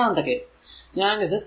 ഇനി രണ്ടാമത്തെ കേസ്